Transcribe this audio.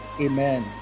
Amen